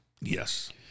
Yes